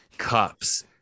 Cups